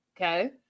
okay